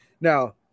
now